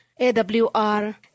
AWR